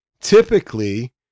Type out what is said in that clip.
Typically